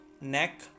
neck